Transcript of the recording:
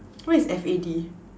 what is F A D